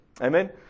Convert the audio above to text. Amen